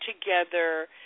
together